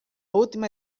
última